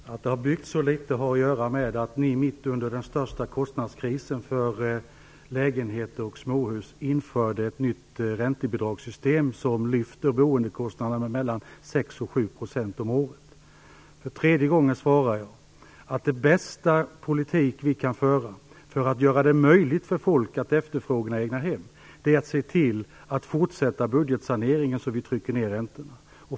Fru talman! Att det har byggts så litet har att göra med att ni mitt under den största kostnadskrisen för lägenheter och småhus införde ett nytt räntebidragssystem, som lyfter boendekostnaderna med mellan 6 För tredje gången svarar jag: Den bästa politik vi kan föra för att göra det möjligt för folk att efterfråga egnahem är att se till att fortsätta budgetsaneringen, så att vi trycker ner räntorna.